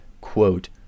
quote